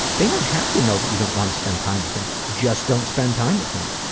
they don't have to know that you don't want to spend time with them. just don't spend time with them.